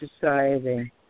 society